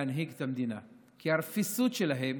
להנהיג את המדינה, כי הרפיסות שלהם